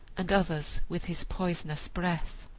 and others with his poisonous breath.